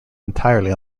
entirely